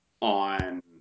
on